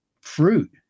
fruit